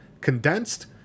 condensed